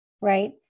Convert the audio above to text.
right